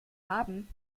haben